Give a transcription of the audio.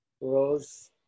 Rose